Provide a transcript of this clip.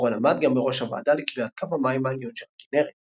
רון עמד גם בראש הוועדה לקביעת קו המים העליון של הכנרת.